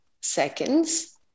seconds